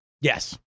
yes